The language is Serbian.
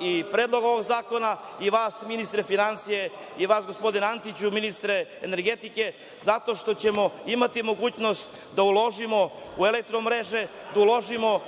i predlog ovog zakona i vas, ministre finansija, i vas gospodine Antiću, ministre energetike, zato što ćemo imati mogućnost da uložimo u „Elektromreže“, da uložimo